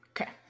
Okay